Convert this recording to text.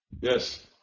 Yes